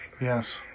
yes